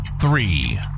three